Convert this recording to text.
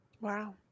Wow